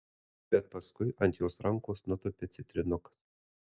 bet paskui ant jos rankos nutupia citrinukas